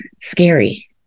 scary